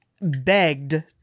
begged